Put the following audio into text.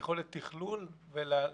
יכולת תכלול והנחיה.